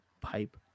pipe